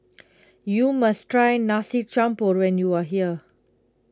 you must try Nasi Campur when you are here